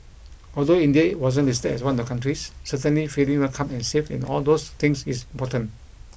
although India wasn't listed as one of the countries certainly feeling welcome and safe and all those things is important